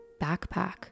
backpack